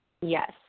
Yes